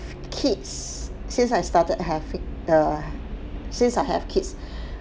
kids since I started having err since I have kids